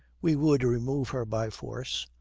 we would remove her by force,